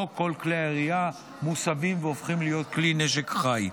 לא כל כלי ירייה מוסבים והופכים להיות כלי נשק חי.